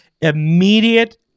immediate